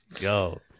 Go